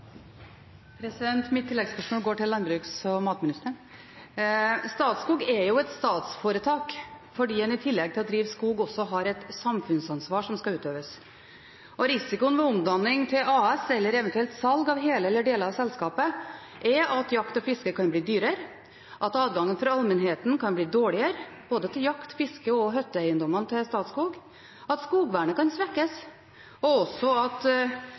et statsforetak fordi en i tillegg til å drive skog, også har et samfunnsansvar som skal utøves. Risikoen ved omdanning til AS eller eventuelt salg av hele eller deler av selskapet er at jakt og fiske kan bli dyrere, at adgangen for allmennheten kan bli dårligere til både jakt, fiske og hytteeiendommene til Statskog, at skogvernet kan svekkes, og også at